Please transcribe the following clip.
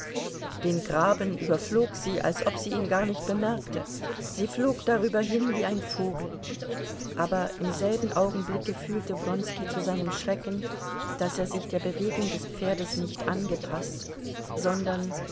den graben überflog sie als ob sie ihn gar nicht bemerkte sie flog darüber hin wie ein vogel aber im selben augenblicke fühlte wronski zu seinem schrecken daß er sich der bewegung des pferdes nicht angepaßt sondern